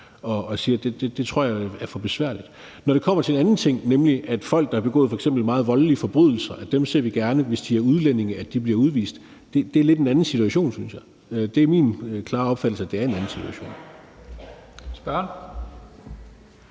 og siger: Det tror jeg er for besværligt. Når det kommer til den anden ting, nemlig det om folk, der har begået f.eks. meget voldelige forbrydelser, så ser vi gerne, at hvis de er udlændinge, bliver de udvist. Det er lidt en anden situation, synes jeg. Det er min klare opfattelse, at det er en anden situation. Kl.